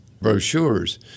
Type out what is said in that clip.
brochures